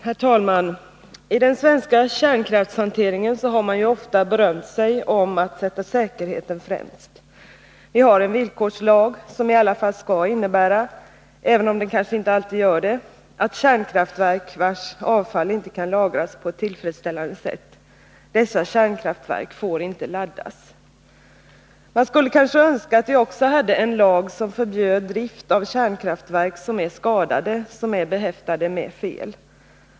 Herr talman! I den svenska kärnkraftshanteringen har man ofta berömt sig av att sätta säkerheten främst. Vi har en villkorslag, som i alla fall skall innebära — även om den kanske inte alltid gör det — att kärnkraftverk, vilkas avfall inte kan lagras på ett tillfredsställande sätt, inte får laddas. Man skulle kanske önska att vi också hade en lag som förbjöd drift av kärnkraftverk som är skadade eller behäftade med fel.